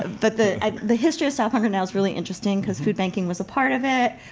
but the the history of stop hunger now is really interesting because food banking was a part of it.